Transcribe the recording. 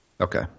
Okay